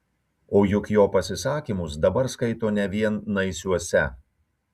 o juk jo pasisakymus dabar skaito ne vien naisiuose